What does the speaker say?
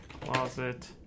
closet